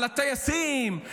על הטייסים.